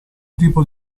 tipo